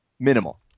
minimal